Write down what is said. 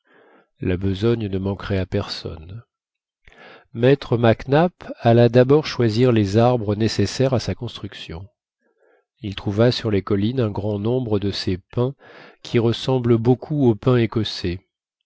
la besogne ne manquerait à personne maître mac nap alla d'abord choisir les arbres nécessaires à sa construction il trouva sur les collines un grand nombre de ces pins qui ressemblent beaucoup au pin écossais